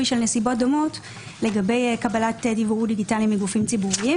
של נסיבות דומות לגבי קבלת דיוור דיגיטלי מגופים ציבוריים